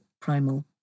primal